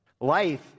Life